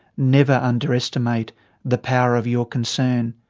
never underestimate the power of your concern.